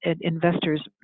investors